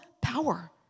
power